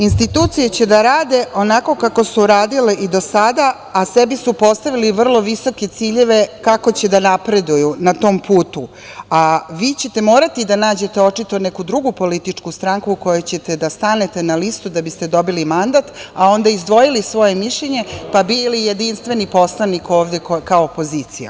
Institucije će da rade onako kako su radile i do sada, a sebi su postavili vrlo visoke ciljeve kako će da napreduju na tom putu, a vi ćete morati da nađete očito neku drugu političku stranku kojoj ćete da stanete na listu da dobijete mandat, a onda izdvojili svoje mišljenje pa bili jedinstveni poslanik ovde kao opozicija.